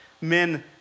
Men